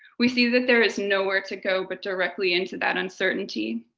we see that there is nowhere to go but directly into that uncertainty.